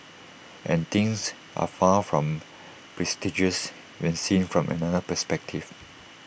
and things are far from prestigious when seen from another perspective